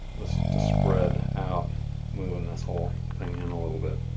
to spread out moving this whole thing and a little bit.